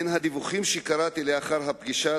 מן הדיווחים שקראתי לאחר הפגישה,